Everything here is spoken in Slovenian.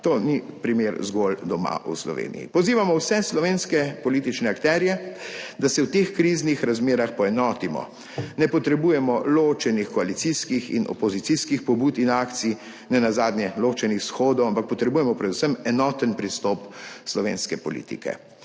To ni primer zgolj doma v Sloveniji. Pozivamo vse slovenske politične akterje, da se v teh kriznih razmerah poenotimo. Ne potrebujemo ločenih koalicijskih in opozicijskih pobud in akcij, nenazadnje ločenih shodov, ampak potrebujemo predvsem enoten pristop slovenske politike.